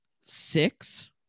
six